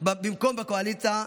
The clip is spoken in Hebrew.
במקום בקואליציה,